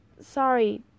sorry